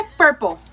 purple